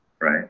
right